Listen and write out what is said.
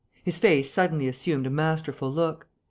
his face suddenly assumed a masterful look.